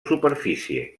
superfície